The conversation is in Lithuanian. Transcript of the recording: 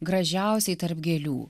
gražiausiai tarp gėlių